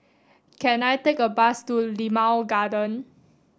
can I take a bus to Limau Garden